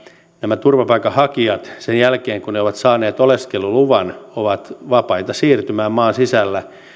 nämä turvapaikanhakijat sen jälkeen kun he ovat saaneet oleskeluluvan ovat vapaita siirtymään maan sisällä